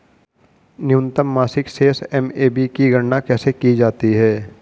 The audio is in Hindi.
न्यूनतम मासिक शेष एम.ए.बी की गणना कैसे की जाती है?